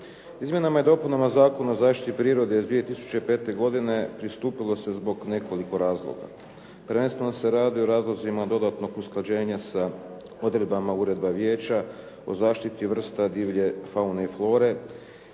Izmjenama i dopunama Zakona o zaštiti prirode iz 2005. godine pristupilo se zbog nekoliko razloga, prvenstveno se radi o razlozima dodatnog usklađenja sa odredbama uredba vijeća o zaštiti vrsta divlje faune i flore,